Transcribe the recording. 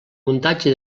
muntatge